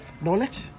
knowledge